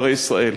בערי ישראל.